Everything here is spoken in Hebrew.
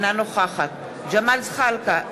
אינה נוכחת ג'מאל זחאלקה,